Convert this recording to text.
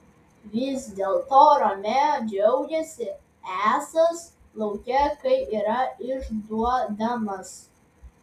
vis dėlto romeo džiaugėsi esąs lauke kai yra išduodamas